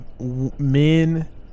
men